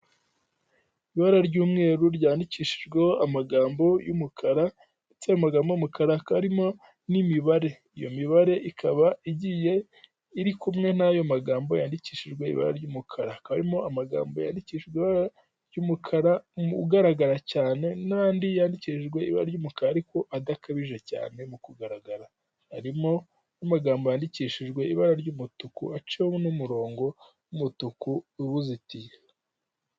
Ibara ry'umweru ryandikishijweho amagambo y'umukara ndetse ayo magambo y'umukara akaba arimo n'imibare. Iyo mibare ikaba igiye iri kumwe n'ayo magambo yandikishijwe ibara ry'umukara. Hakaba harimo amagambo yandikijwe ibara ry'umukara ugaragara cyane n'andi yandikijwe ibara ry'umukara ariko adakabije cyane mu kugaragara. Harimo n'amagambo yandikishijwe ibara ry'umutuku aciyemo n'umurongo w'umutuku uwuzitiye.